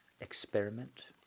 experiment